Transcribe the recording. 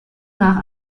nach